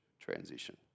transition